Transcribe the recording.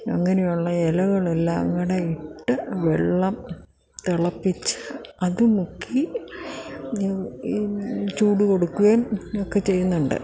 അങ്ങനെയുള്ള ഇലകളെല്ലാം കൂടെ ഇട്ട് വെള്ളം തിളപ്പിച്ചു അത് മുക്കി ചൂട് കൊടുക്കുകയും ഒക്കെ ചെയ്യുന്നുണ്ട്